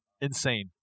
Insane